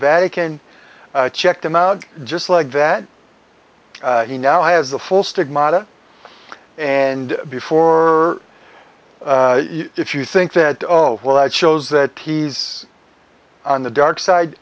vatican checked him out just like that he now has the full stigmata and before if you think that oh well that shows that he's on the dark side